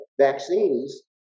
vaccines